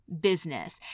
business